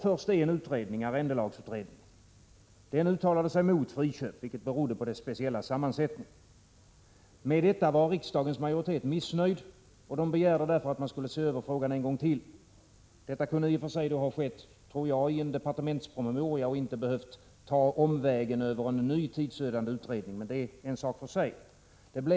Först hade vi arrendelagsutredningen som uttalade sig emot friköp, vilket berodde på dess speciella sammansättning. Detta var riksdagens majoritet missnöjd med och begärde att man skulle se över frågan en gång till. Detta kunde ha skett i en departementspromemoria och inte behövt ta omvägen över en ny tidsödande utredning, men det är en sak för sig.